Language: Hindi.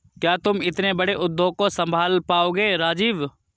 क्या तुम इतने बड़े उद्योग को संभाल पाओगे राजीव?